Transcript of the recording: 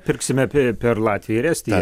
pirksime pe per latviją ir estiją